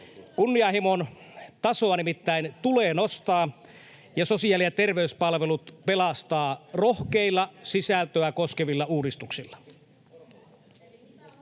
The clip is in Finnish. Kunnianhimon tasoa nimittäin tulee nostaa ja sosiaali- ja terveyspalvelut pelastaa rohkeilla sisältöä koskevilla uudistuksilla.